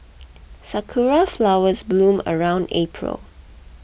sakura flowers bloom around April